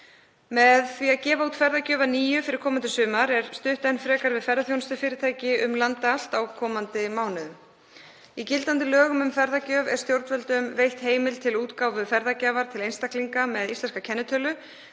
Með því að gefa út ferðagjöf að nýju fyrir komandi sumar er stutt enn frekar við ferðaþjónustufyrirtæki um land allt á komandi mánuðum. Í gildandi lögum um ferðagjöf er stjórnvöldum veitt heimild til útgáfu ferðagjafar til einstaklinga með íslenska kennitölu